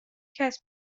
کسب